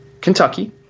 Kentucky